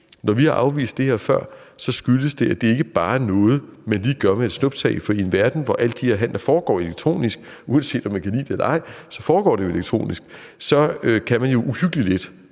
Når vi har afvist det her før, skyldes det, at det ikke bare er noget, man lige gør med et snuptag, for i en verden, hvor alle de her handler foregår elektronisk – uanset om man kan lide det eller ej, så foregår det jo elektronisk – kan man uhyggelig let